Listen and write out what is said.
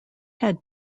had